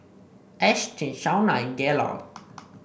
Ashtyn Shauna and Gaylord